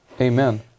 Amen